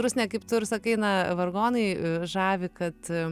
rusne kaip tu ir sakai na vargonai žavi kad